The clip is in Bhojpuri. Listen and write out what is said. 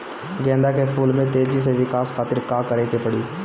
गेंदा के फूल में तेजी से विकास खातिर का करे के पड़ी?